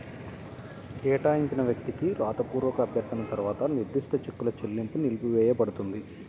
కేటాయించిన వ్యక్తికి రాతపూర్వక అభ్యర్థన తర్వాత నిర్దిష్ట చెక్కుల చెల్లింపు నిలిపివేయపడుతుంది